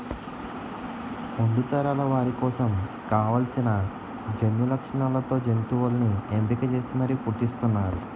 ముందు తరాల వారి కోసం కావాల్సిన జన్యులక్షణాలతో జంతువుల్ని ఎంపిక చేసి మరీ పుట్టిస్తున్నారు